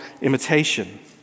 imitation